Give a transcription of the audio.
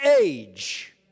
age